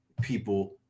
people